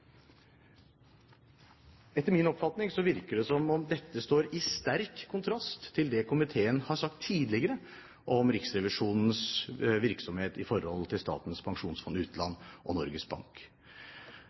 Etter min oppfatning virker det som om dette står i sterk kontrast til det komiteen har sagt tidligere om Riksrevisjonens virksomhet i forhold til Statens pensjonsfond utland